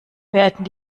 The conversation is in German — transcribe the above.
werden